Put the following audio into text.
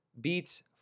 beats